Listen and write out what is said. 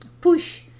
push